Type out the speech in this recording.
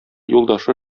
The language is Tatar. юлдашы